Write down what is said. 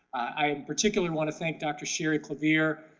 i particularly want to thank dr. sherry clavier,